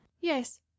yes